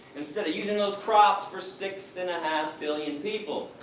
instead of using those crops for six and a half billion people.